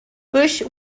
bush